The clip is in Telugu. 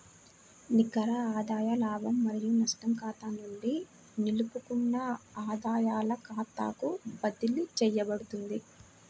నికర ఆదాయ లాభం మరియు నష్టం ఖాతా నుండి నిలుపుకున్న ఆదాయాల ఖాతాకు బదిలీ చేయబడుతుంది